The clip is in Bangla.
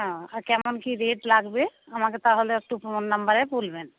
হুম কেমন কী রেট লাগবে আমাকে তাহলে একটু ফোন নাম্বারে বলবেন